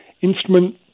instrument